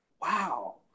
wow